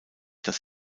das